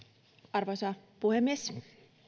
arvoisa puhemies